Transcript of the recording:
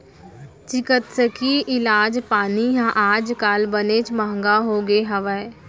चिकित्सकीय इलाज पानी ह आज काल बनेच महँगा होगे हवय